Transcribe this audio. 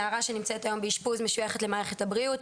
נערה שנמצאת היום באישפוז משוייכת למערכת הבריאות,